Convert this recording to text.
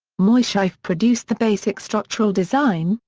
moisseiff produced the basic structural design,